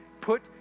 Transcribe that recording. put